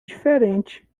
diferente